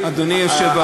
תפנו את הנכסים,